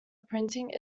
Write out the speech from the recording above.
printing